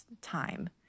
time